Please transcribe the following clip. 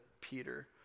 Peter